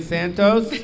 Santos